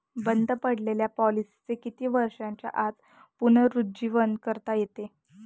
बंद पडलेल्या पॉलिसीचे किती वर्षांच्या आत पुनरुज्जीवन करता येते?